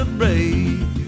break